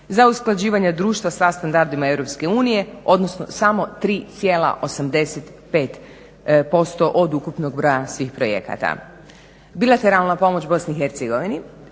za usklađivanje društva sa standardima EU odnosno samo 3,85% od ukupnog broja svih projekata. Bilateralna pomoć BIH